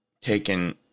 taken